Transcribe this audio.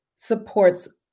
supports